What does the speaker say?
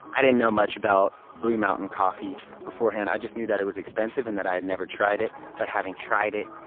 i didn't know much about blue mountain coffee before hand. i just knew that it was expensive, and i had never tried it. but having tried it,